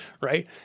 Right